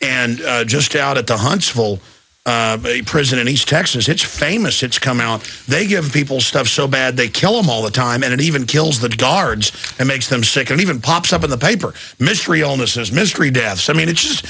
and just out at the huntsville prison in east texas it's famous it's come out they give people stuff so bad they kill them all the time and even kills the guards it makes them sick and even pops up in the paper mystery illness mystery death so i mean it's